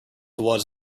was